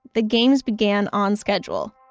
the games began on schedule,